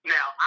Now